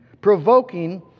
provoking